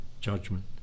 judgment